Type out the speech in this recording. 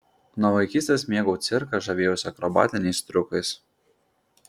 nuo vaikystės mėgau cirką žavėjausi akrobatiniais triukais